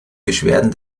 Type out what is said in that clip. beschwerden